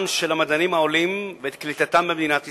של מדענים עולים ואת קליטתם במדינת ישראל.